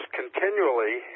continually